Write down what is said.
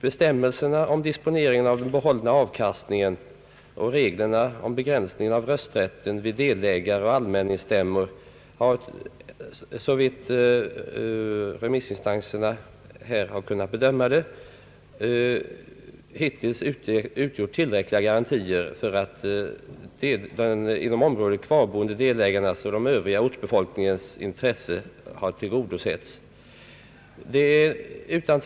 Bestämmelserna om dispositionen av den behållna avkastningen och reglerna om begränsningen av rösträtten vid delägareoch allmänningsstämmor har, såvitt remissinstanserna kunnat bedöma, hittills utgjort tillräckliga garantier för att de inom området kvarboende delägarnas och den övriga ortsbefolkningens intresse har tillgodosetts.